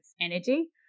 energy